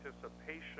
participation